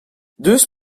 deus